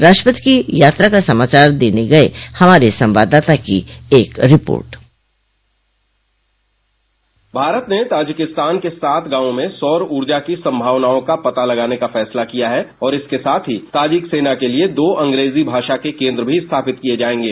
राष्ट्रपति की यात्रा का समाचार देने गए हमारे सवांददाता की एक रिपोर्ट भारत ने तजाकिस्तानि के साथ गांव में सौर ऊर्जा की संभावनाओं का पता लगाने का फैसला किया है और इसके साथ ही ताजिक सेना के लिए दो अग्रेजी भाषा के केन्द्र भी स्थापित किए जाएंगे